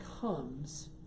comes